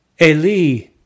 Eli